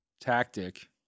tactic